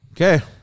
Okay